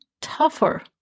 tougher